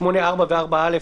8(4) ו-(4א).